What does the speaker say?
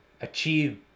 achieve